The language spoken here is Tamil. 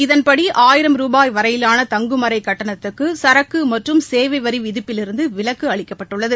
இதன்படி ஆயிரம் ரூபாய் வரையிலான தங்கும் அறை கட்டணத்துக்கு சரக்கு மற்றும் சேவை வரி விதிப்பிலிருந்து விலக்கு அளிக்கப்பட்டுள்ளது